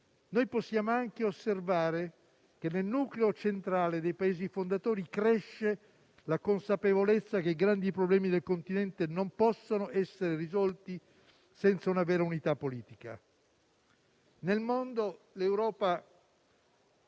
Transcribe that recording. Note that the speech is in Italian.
Noi possiamo anche osservare che nel nucleo centrale dei Paesi fondatori cresce la consapevolezza che i grandi problemi del continente non possono essere risolti senza una vera unità politica. Nel mondo, l'Europa